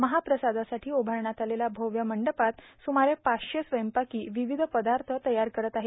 महाप्रसादासाठी उभारण्यात आलेल्या भव्य मंडपात सुमारे पाचशे स्वयंपाकी विविध पदार्थ तयार करत आहेत